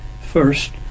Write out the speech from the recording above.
first